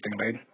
right